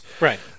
Right